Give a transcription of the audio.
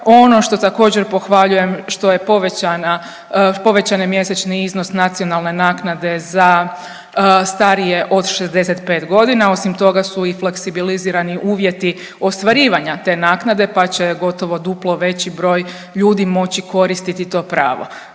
Ono što također pohvaljujem što je povećani mjesečni iznos nacionalne naknade za starije od 65 godina, osim toga su i fleksibilizirani uvjeti ostvarivanja te naknade, pa će gotovo duplo veći broj ljudi moći koristiti to pravo.